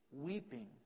weeping